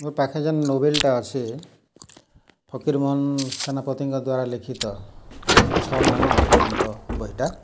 ମୋର୍ ପାଖେ ଯେନ୍ ନୋଭେଲ୍ଟା ଅଛେ ଫକୀର୍ମୋହନ୍ ସେନାପତିଙ୍କ ଦ୍ୱାରା ଲିଖିତ ଛଅ ମାଣ ଆଠ ଗୁଣ୍ଠ ବହିଟା